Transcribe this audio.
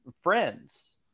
friends